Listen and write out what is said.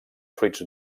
fruits